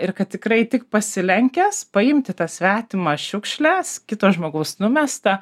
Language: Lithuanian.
ir kad tikrai tik pasilenkęs paimti tą svetimą šiukšles kito žmogaus numestą